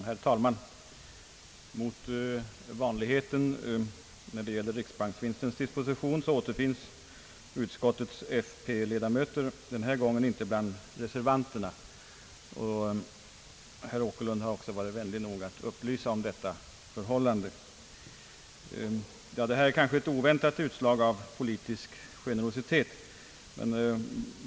Herr talman! Mot vanligheten när det gäller riksbanksvinstens = disposition återfinns utskottets fp-ledamöter denna gång inte bland reservanterna. Herr Åkerlund har också varit vänlig nog att upplysa om detta förhållande. Detta är kanske ett oväntat utslag av politisk generositet.